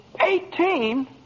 Eighteen